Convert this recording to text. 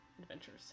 adventures